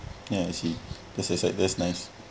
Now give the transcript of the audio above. yeah I see the that's like that's nice